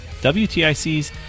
WTIC's